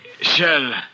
Shell